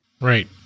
Right